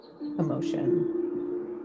emotion